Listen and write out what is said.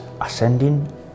ascending